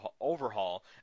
overhaul